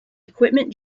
equipment